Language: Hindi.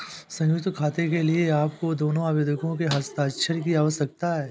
संयुक्त खाते के लिए आपको दोनों आवेदकों के हस्ताक्षर की आवश्यकता है